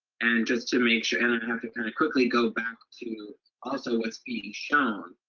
and just to make sure and i'd have to kind of quickly go back to also what's being shown.